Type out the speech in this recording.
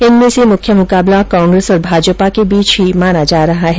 इनमें से मुख्य मुकाबला कांग्रेस और भाजपा के बीच ही माना जा रहा है